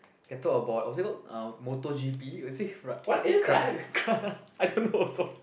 can talk about what is it called ah motor G_P is it I don't know also